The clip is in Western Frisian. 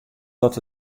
dat